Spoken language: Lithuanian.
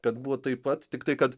kad buvo taip pat tiktai kad